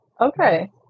Okay